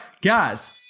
guys